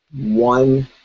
one